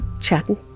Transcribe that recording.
chatting